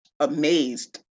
amazed